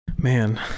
man